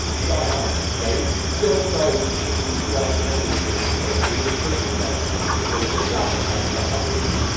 dug on, right? so sorry, didn't mean to get out on my own little tangents but they're just personal testimonies and stories, so chaka khan, amazing,